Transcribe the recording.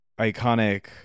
iconic